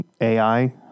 AI